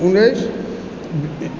उन्नैस